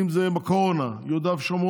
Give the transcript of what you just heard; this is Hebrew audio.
אם זה בקורונה, יהודה ושומרון,